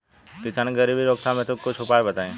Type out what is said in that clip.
किसान के गरीबी रोकथाम हेतु कुछ उपाय बताई?